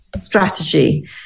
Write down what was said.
strategy